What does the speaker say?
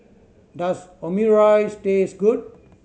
does Omurice taste good